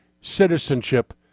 citizenship